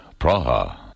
Praha